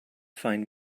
find